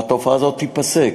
והתופעה הזאת תיפסק.